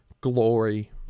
glory